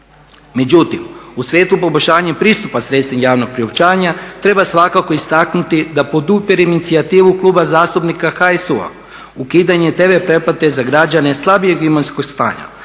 Međutim u svijetu poboljšanja pristupa sredstvima javnog priopćavanja treba svakako istaknuti da podupirem inicijativu Kluba zastupnika HSU-a ukidanjem TV pretplate za građane slabijeg imovinskog stanja.